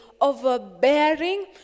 overbearing